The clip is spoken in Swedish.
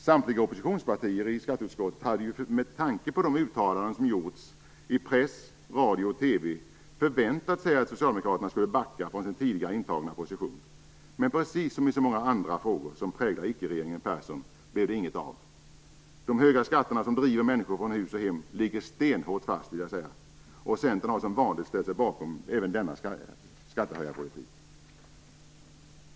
Samtliga oppositionspartier i skatteutskottet hade, med tanke på uttalanden som gjorts i press, radio och TV, förväntat sig att socialdemokraterna skulle backa från sin tidigare intagna position. Men som i så många andra frågor som präglar icke-regeringen Persson blev det inget av det. De höga skatterna, som driver människor från hus och hem, ligger stenhårt fast. Centern har, som vanligt, ställt sig bakom även denna skattehöjarpolitik.